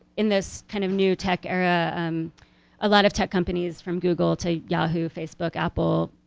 in this kind of new tech era um a lot of tech companies from google to yahoo, facebook apple,